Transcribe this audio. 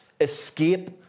escape